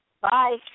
Bye